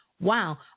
wow